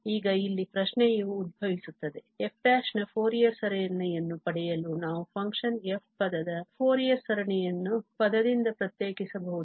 ಈಗ ಇಲ್ಲಿ ಪ್ರಶ್ನೆಯು ಉದ್ಭವಿಸುತ್ತದೆ f ನ ಫೋರಿಯರ್ ಸರಣಿಯನ್ನು ಪಡೆಯಲು ನಾವು ಫಂಕ್ಷನ್ f ಪದದ ಫೋರಿಯರ್ ಸರಣಿಯನ್ನು ಪದದಿಂದ ಪ್ರತ್ಯೇಕಿಸಬಹುದೇ